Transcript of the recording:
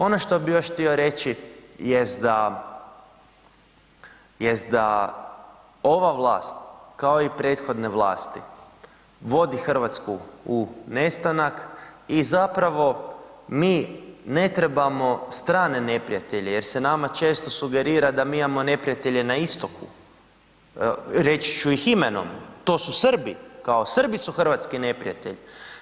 Ono što bih još htio reći jest da ova vlast kao i prethodne vlasti vodi Hrvatsku u nestanak i zapravo mi ne trebamo strane neprijatelje jer se nama često sugerira da mi imamo neprijatelje na istoku, reći ću ih imenom to su Srbi, kao Srbi su hrvatski neprijatelji.